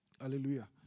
Hallelujah